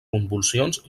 convulsions